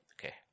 okay